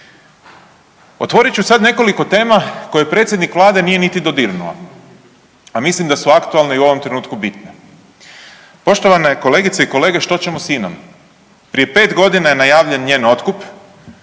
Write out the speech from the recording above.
Otvorit ću sad nekoliko tema koje predsjednik Vlade nije niti dodirnuo, a mislim da su aktualne i u ovom trenutku bitne. Poštovane kolegice i kolege što ćemo s INOM? Prije 5 godina je najavljen njen otkup,